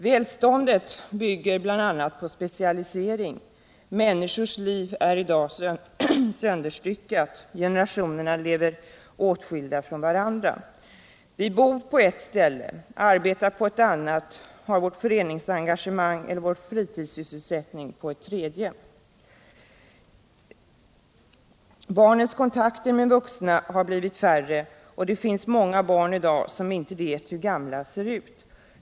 Välståndet bygger bl.a. på specialisering. Människors liv är i dag sönderstyckade. Generationerna lever åtskilda från varandra. Vi bor på ett ställe, arbetar på ett annat, har vårt föreningsengagemang eller vår fritidssysselsättning på ett tredje. Barnens kontakter med vuxna har blivit färre — det finns många barn i dag som inte vet hur gamla ser ut.